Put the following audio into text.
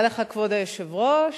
כבוד היושב-ראש,